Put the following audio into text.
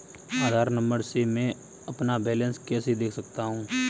आधार number से मैं अपना बैलेंस कैसे देख सकता हूँ?